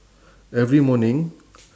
every morning